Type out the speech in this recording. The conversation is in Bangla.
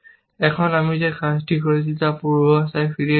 এখন আমি যে কাজটি করছি তা পূর্বাবস্থায় ফিরিয়ে দিতাম